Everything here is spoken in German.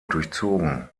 durchzogen